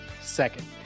second